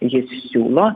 jis siūlo